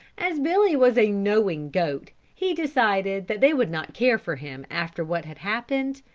as billy was a knowing goat, he decided that they would not care for him after what had happened,